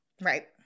right